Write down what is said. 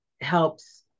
helps